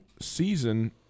season